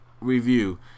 review